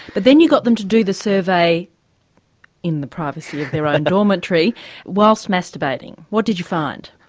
but then you got them to do the survey in the privacy of their own dormitory while so masturbating what did you find?